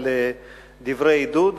על דברי העידוד.